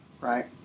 right